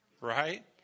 right